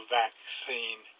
vaccine